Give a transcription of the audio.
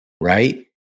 Right